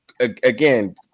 again